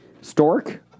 Stork